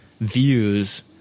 views